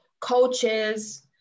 coaches